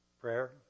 Prayer